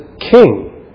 king